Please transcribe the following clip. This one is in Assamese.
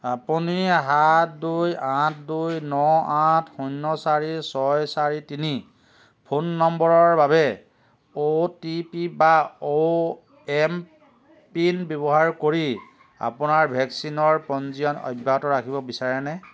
আপুনি সাত দুই আঠ দুই ন আঠ শূন্য চাৰি ছয় চাৰি তিনি ফোন নম্বৰৰ বাবে অ' টি পি বা অ' এম পিন ব্যৱহাৰ কৰি আপোনাৰ ভেকচিনৰ পঞ্জীয়ন অব্যাহত ৰাখিব বিচাৰেনে